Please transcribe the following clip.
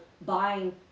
buying